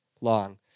long